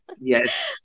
Yes